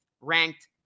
ranked